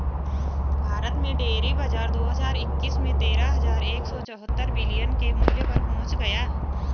भारत में डेयरी बाजार दो हज़ार इक्कीस में तेरह हज़ार एक सौ चौहत्तर बिलियन के मूल्य पर पहुंच गया